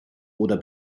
oder